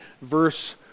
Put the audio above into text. verse